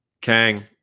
kang